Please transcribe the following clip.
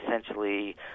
essentially